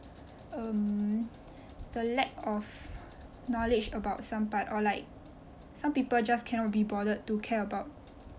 um the lack of knowledge about some part or like some people just cannot be bothered to care about